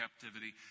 captivity